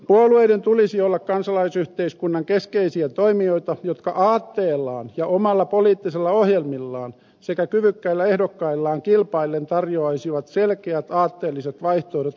puolueiden tulisi olla kansalaisyhteiskunnan keskeisiä toimijoita jotka aatteellaan ja omilla poliittisilla ohjelmillaan sekä kyvykkäillä ehdokkaillaan kilpaillen tarjoaisivat selkeät aatteelliset vaihtoehdot äänestäjille